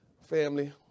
family